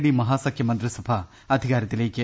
D മഹാസഖ്യ മന്ത്രി സഭ അധികാരത്തിലേക്ക്